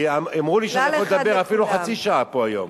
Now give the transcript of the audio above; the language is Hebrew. כי אמרו לי שאני יכול לדבר אפילו חצי שעה פה היום.